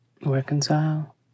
Reconcile